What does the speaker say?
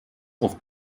auf